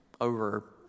over